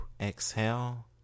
Exhale